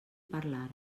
parlara